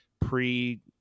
pre